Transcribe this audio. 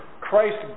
Christ